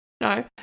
No